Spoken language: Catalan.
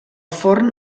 forn